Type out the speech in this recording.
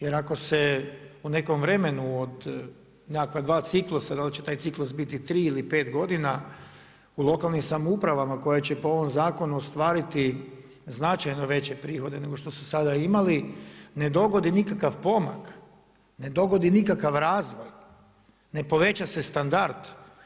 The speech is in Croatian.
Jer, ako se u nekom vremenu od nekakva 2 ciklusa, da li će taj ciklus biti 3 ili 5 godina u lokalnim samoupravama, koja će po ovom zakonu ostvariti značajno veće prihode nego što su sada imala, ne dogodi nikakav pomak, ne dogodi nikakav razvoj, ne poveća se standard.